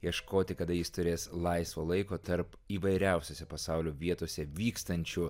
ieškoti kada jis turės laisvo laiko tarp įvairiausiose pasaulio vietose vykstančių